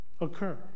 occur